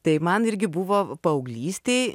tai man irgi buvo paauglystėj